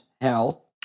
hell